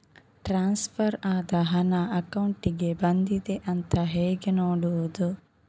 Transfer ಆದ ಹಣ ಅಕೌಂಟಿಗೆ ಬಂದಿದೆ ಅಂತ ಹೇಗೆ ನೋಡುವುದು?